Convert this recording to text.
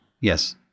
yes